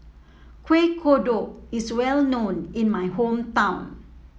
Kueh Kodok is well known in my hometown